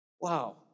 Wow